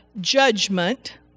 judgment